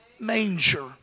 manger